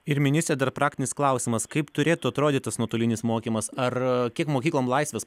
ir ministre dar praktinis klausimas kaip turėtų atrodyt tas nuotolinis mokymas ar kiek mokyklom laisvės